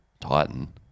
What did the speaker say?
Titan